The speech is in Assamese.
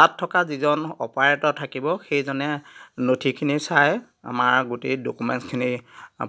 তাত থকা যিজন অপাৰেটৰ থাকিব সেইজনে নথিখিনি চাই আমাৰ গোটেই ডক্যুমেণ্টছখিনি